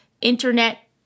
internet